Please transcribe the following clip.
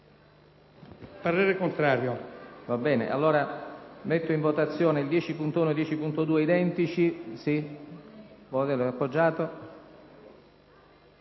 parere contrario